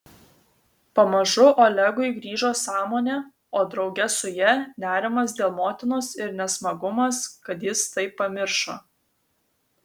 pamažu olegui grįžo sąmonė o drauge su ja nerimas dėl motinos ir nesmagumas kad jis tai pamiršo